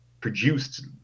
produced